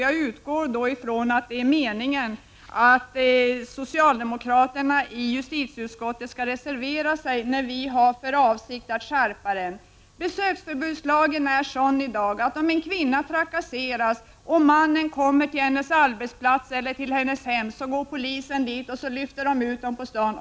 Jag utgår ifrån att det är meningen att socialdemokraterna i justitieutskottet skall reservera sig när vi föreslår att den lagen skall skärpas. Besöksförbudslagen är i dag sådan att en man som trakasserar en kvinna på hennes arbetsplats eller i hennes hem av polisen blir utlyft på staden.